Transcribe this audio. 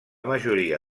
majoria